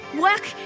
work